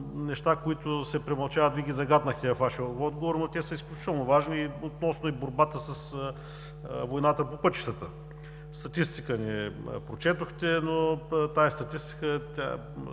неща, които се премълчават. Вие ги загатнахте във Вашия отговор, но те са изключително важни, относно и борбата с войната по пътищата. Статистика ни прочетохте, но тази статистика може